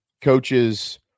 coaches